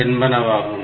என்பனவாகும்